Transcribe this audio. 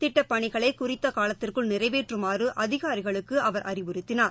திட்டப்பணிகளைகுறித்தகாலத்திற்குள் நிறைவேற்றுமாறுஅதிகாரிகளுக்குஅவர் அறிவுறுத்தினார்